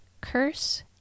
Curse